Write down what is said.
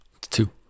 two